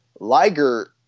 Liger